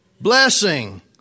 blessing